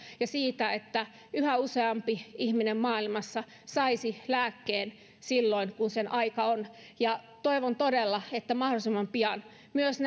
ja siitä että yhä useampi ihminen maailmassa saisi lääkkeen silloin kun sen aika on toivon todella että mahdollisimman pian myös